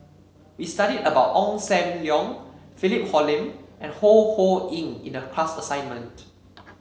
we studied about Ong Sam Leong Philip Hoalim and Ho Ho Ying in the class assignment